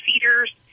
feeders